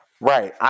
right